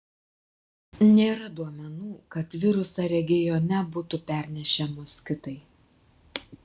nėra duomenų kad virusą regione būtų pernešę moskitai